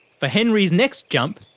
for henry's next jump,